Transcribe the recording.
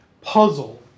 puzzle